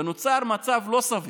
ונוצר מצב לא סביר.